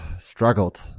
struggled